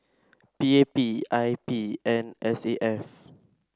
P A P I P and S A F